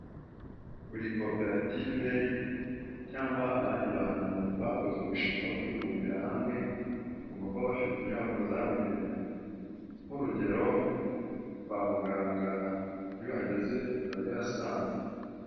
Buri koperative cyangwa abandi bantu bakoze umushinga wo kwibumbira hamwe bagomba kuba bafite inyubako zabugenewe nk'urugero kwa muganga iyo uhageze urabihasanga.